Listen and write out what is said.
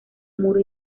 muro